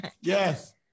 Yes